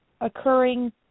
occurring